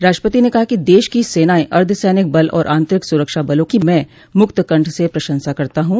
राष्ट्रपति ने कहा कि देश की सेनाएं अर्द्वसैनिक बल और आंतरिक सुरक्षा बलों को मैं मुक्त कंठ से प्रशंसा करता हूं